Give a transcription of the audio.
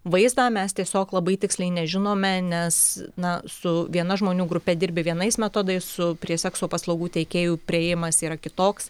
vaizdą mes tiesiog labai tiksliai nežinome nes na su viena žmonių grupe dirbi vienais metodais su prie sekso paslaugų teikėjų priėjimas yra kitoks